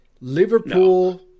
Liverpool –